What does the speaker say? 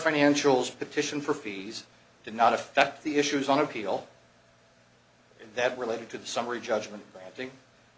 financials petition for fees did not affect the issues on appeal that related to the summary judgment